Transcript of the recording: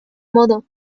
modo